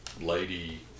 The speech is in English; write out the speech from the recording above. lady